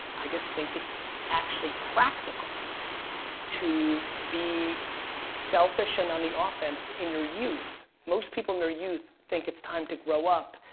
i just think it's actually practical to be selfish and on the offense in their youth. most people in their youth think it's time to grow up,